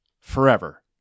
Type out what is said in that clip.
forever